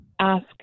ask